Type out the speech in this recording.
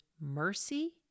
mercy